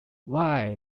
why